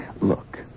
Look